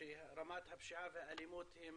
שרמת הפשיעה והאלימות הן